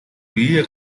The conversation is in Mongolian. биеэ